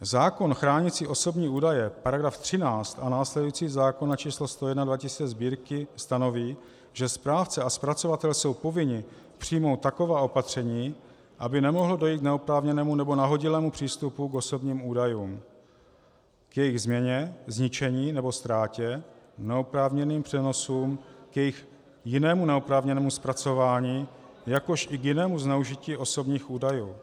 Zákon chránící osobní údaje, § 13 a následující zákona č. 101/2000 Sb., stanoví, že správce a zpracovatel jsou povinni přijmout taková opatření, aby nemohlo dojít k neoprávněnému nebo nahodilému přístupu k osobním údajům, k jejich změně, zničení nebo ztrátě, neoprávněným přenosům, k jejich jinému neoprávněnému zpracování, jakož i k jinému zneužití osobních údajů.